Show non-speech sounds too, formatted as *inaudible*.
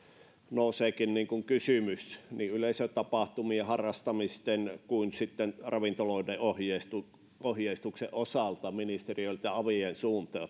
nouseekin kysymys niin yleisötapahtumien harrastamisten kuin sitten ravintoloiden ohjeistuksen ohjeistuksen osalta ministeriöiltä avien suuntaan *unintelligible*